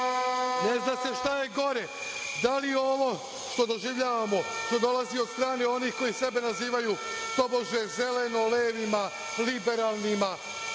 zna se šta je gore, da li ovo što doživljamo što dolazi od strane onih koji sebe nazivaju tobože Zeleno-levima, liberalnima,